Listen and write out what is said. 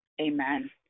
amen